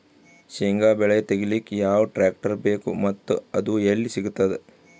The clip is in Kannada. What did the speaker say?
ಶೇಂಗಾ ಬೆಳೆ ತೆಗಿಲಿಕ್ ಯಾವ ಟ್ಟ್ರ್ಯಾಕ್ಟರ್ ಬೇಕು ಮತ್ತ ಅದು ಎಲ್ಲಿ ಸಿಗತದ?